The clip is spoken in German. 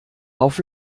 auf